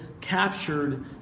captured